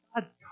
God's